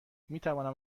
میتوانم